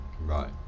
right